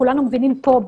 כולנו מבינים פה,